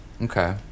Okay